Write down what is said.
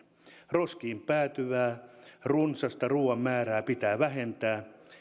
roskiin päätyvää runsasta ruuan määrää pitää vähentää